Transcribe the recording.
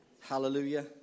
Hallelujah